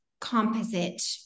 composite